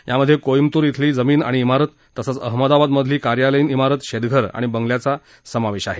यामध्ये कोबेतूर बेली जमीन आणि मारत तसच अहमदाबाद मधली कार्यालयीन मोरत शेतघर आणि बंगल्याचा समावेश आहे